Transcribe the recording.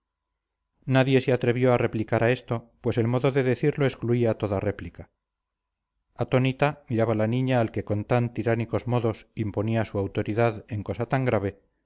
nadie se atrevió a replicar a esto pues el modo de decirlo excluía toda réplica atónita miraba la niña al que con tan tiránicos modos imponía su autoridad en cosa tan grave